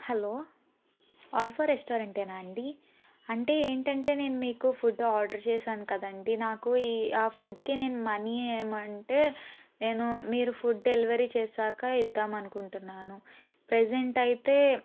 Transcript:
hello alpha రెస్టారెంటేనా అండి అంటే ఏంటంటే నేను మీకు ఫుడ్ ఆర్డర్ చేశాను కదా అండి నాకు ఈ ఆ ఫుడ్కి నేను మనీ ఏమంటే నేను మీరు ఫుడ్ డెలివరీ చేశాక ఇద్దామనుకుంటున్నాను ప్రెసెంట్ అయితే